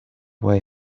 way